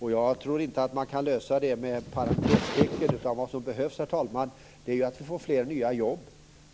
Jag tror inte att man kan lösa det med ett parentestecken. Det som behövs är att vi får fler nya jobb.